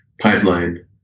pipeline